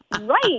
Right